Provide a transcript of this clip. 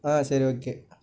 ஆ சரி ஓகே